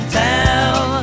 tell